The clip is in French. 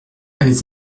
elles